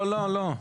לא, לא, לא.